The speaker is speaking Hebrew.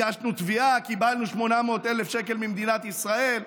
הגשנו תביעה וקיבלנו 800,000 שקל ממדינת ישראל.